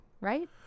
right